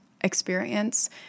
experience